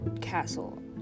Castle